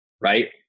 Right